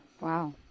Wow